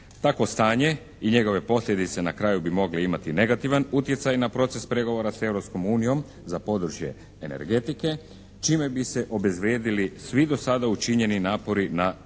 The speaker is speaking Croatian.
Takvo stanje i njegove posljedice na kraju bi mogle imati negativan utjecaj na proces pregovora sa Europskom unijom za područje energetike čime bi se obezvrijedili svi do sada učinjeni napori na restrukturiranju